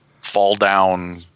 fall-down